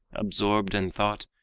absorbed in thought,